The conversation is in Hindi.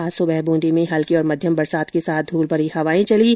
आज सुबह बूंदी में हल्की और मध्यम बरसात के साथ धूलभरी हवाएं चलीं